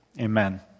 Amen